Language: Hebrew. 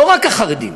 לא רק החרדים,